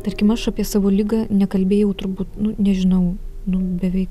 tarkim aš apie savo ligą nekalbėjau turbūt nu nežinau nu bevei